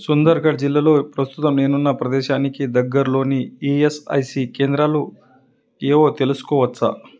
సుందర్ఘడ్ జిల్లాలో ప్రస్తుతం నేనున్న ప్రదేశానికి దగ్గరలోని ఈయస్ఐసి కేంద్రాలు ఏవో తెలుసుకోవచ్చా